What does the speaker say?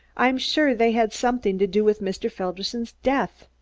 i'm sure they had something to do with mr. felderson's death.